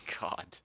God